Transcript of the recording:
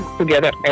together